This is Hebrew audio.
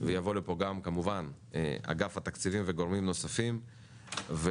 ויבוא לפה גם כמובן אגף התקציבים וגורמים נוספים ואי